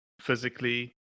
physically